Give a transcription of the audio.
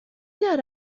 داره